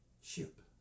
ship